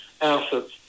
assets